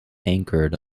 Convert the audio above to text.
anchored